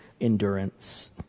endurance